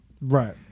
Right